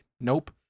Nope